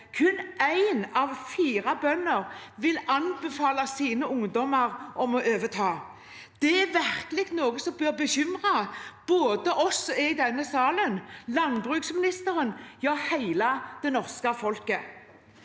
kun én av fire bønder vil anbefale sine ungdommer å overta. Det er virkelig noe som bør bekymre både oss i denne salen, landbruksministeren og hele det norske folk.